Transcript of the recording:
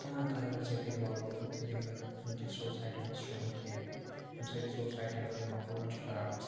تِمن کامیٚن سۭتۍ اِنوالٕو گوٚمُت یِم نہٕ ونکٮ۪س سوسایٹی مَنٛز شوٗبَن کینٛہہ ییٚمہِ سۭتۍ سوسایٹی مَنٛز چھُ ماحول خَراب گَژھان